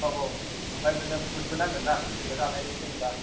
आव आव आमफ्राय बिदिनो फुद बो नांगोन ना जेनेबा जानायनि जेनेबा